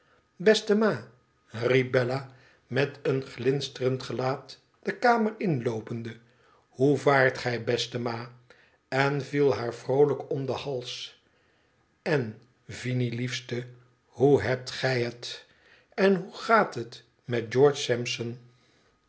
beste ma riep bella met een glinsterend gelaat de kamer inloopende thoe vaart gij beste ma en viel haar vroolijk om den hals en vinie liefste hoe hebt gij het en hoe gaat het met george